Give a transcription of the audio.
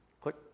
click